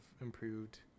improved